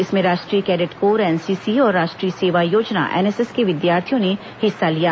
इसमें राष्ट्रीय cadet corps NCC और राष्ट्रीय सेवा योजना एनएसएस के विद्यार्थियों ने हिस्सा लिया